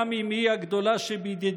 גם אם היא הגדולה שבידידותנו,